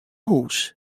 hûs